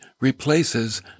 replaces